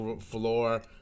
floor